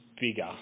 bigger